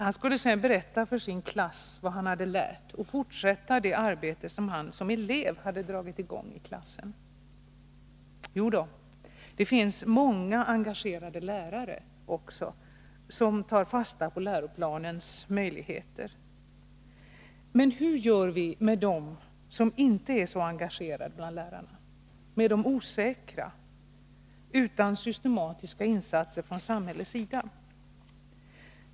Han skulle sedan berätta för sin klass vad han hade lärt och fortsätta det arbete som han som elev hade dragit i gång i klassen. Jodå, det finns många engagerade lärare som tar fasta på läroplanens möjligheter. Men hur gör vi med de lärare som inte är så engagerade —- med de osäkra — utan systematiska insatser från samhällets sida?